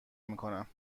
میکنم